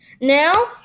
Now